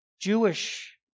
Jewish